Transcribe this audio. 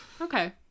Okay